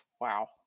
Wow